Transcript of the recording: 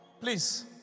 Please